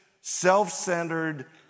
self-centered